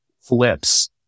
flips